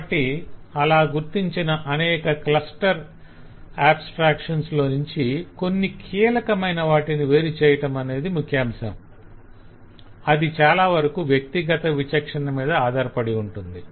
కాబట్టి అలా గుర్తించిన అనేక క్లస్టర్ఆబస్ట్రాక్షన్స్ clusterabstraction లోనుంచి కొన్ని కీలకమైన వాటిని వేరుచేయటమనేది ముఖ్యాంశం అది చాలావరకు వ్యక్తిగత విచక్షణ మీద ఆధారపడి ఉంటుంది